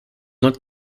not